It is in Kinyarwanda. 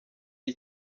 iri